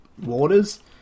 waters